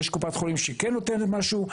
יש קופת חולים שכן נותנת משהו.